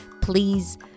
please